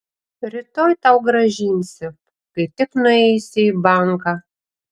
rytoj tau grąžinsiu kai tik nueisiu į banką